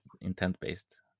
intent-based